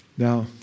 Now